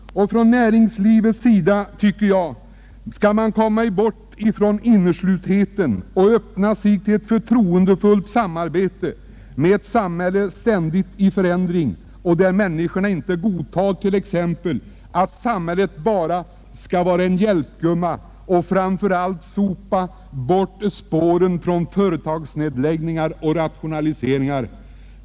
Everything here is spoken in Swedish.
Man mäste inom näringslivet komma bort frän inneslutenheten och stå öppen för ett förtroendefullt samarbele med ett samhälle i ständig förändring, där människorna inte godtar att samhällets uppgift bara är att vara en hjälpgumma som framför allt skall sopa bort spären efter företagsnedläggningar och rationaliseringar.